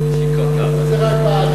אדוני היושב-ראש,